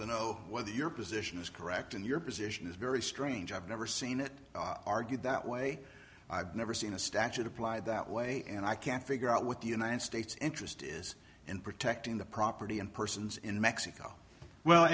to know what your position is correct in your position is very strange i've never seen it argued that way never seen a statute applied that way and i can't figure out what the united states interest is in protecting the property and persons in mexico well